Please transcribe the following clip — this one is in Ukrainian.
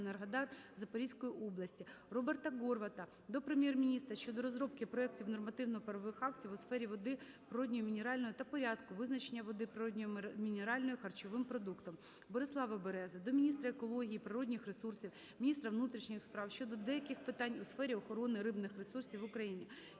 Роберта Горвата до Прем'єр-міністра щодо розробки проектів нормативно-правових актів у сфері води природної мінеральної та порядку визначення води природної мінеральної харчовим продуктом. Борислава Берези до міністра екології та природних ресурсів, міністра внутрішніх справ щодо деяких питань у сфері охорони рибних ресурсів в Україні.